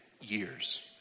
years